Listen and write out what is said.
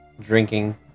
drinking